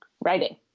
Writing